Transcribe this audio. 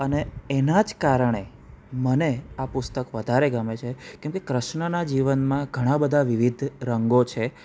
અને એના જ કારણે મને આ પુસ્તક વધારે ગમે છે કેમ કે કૃષ્ણના જીવનમાં ઘણા બધા વિવિધ રંગો છે